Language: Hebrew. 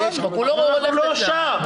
אנחנו לא שם.